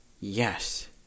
Yes